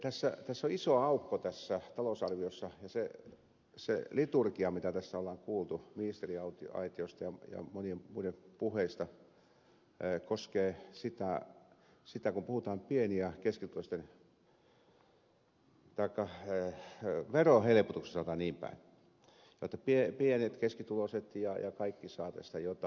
tässä talousarviossa on iso aukko ja se liturgia mitä tässä on kuultu ministeriaitiosta ja monien muiden puheista koskee sitä kun puhutaan verohelpotuksista jotta pieni ja tätä pienen pienet keski tuo keskituloiset ja kaikki saavat tästä jotain